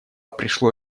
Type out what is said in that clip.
пришло